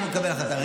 אנחנו נקבל החלטה.